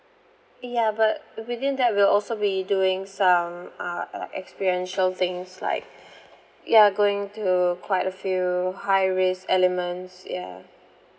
ya but within that we'll also be doing some uh like experiential things like we are going to quite a few high risk elements ya